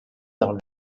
dona